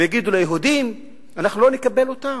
ויגידו על היהודים: אנחנו לא נקבל אותם,